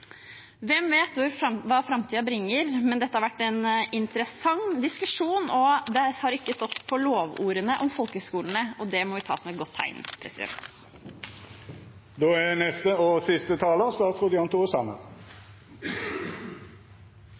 Hvem vet hva framtiden bringer? Dette har vært en interessant diskusjon, og det har ikke stått på lovord om folkehøgskolene. Det må vi ta som et godt tegn. Jeg vil også takke for en god debatt. Det ligger mye anerkjennelse i de lovordene som er